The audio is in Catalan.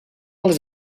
les